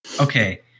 Okay